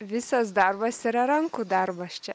visas darbas yra rankų darbas čia